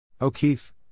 O'Keefe